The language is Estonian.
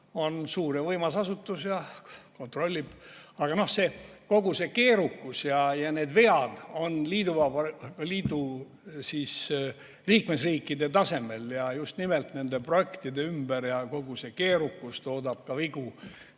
on suur ja võimas asutus ja kontrollib. Aga kogu see keerukus ja need vead on liikmesriikide tasemel ja just nimelt nende projektide ümber. Ja kogu see keerukus toodab ka vigu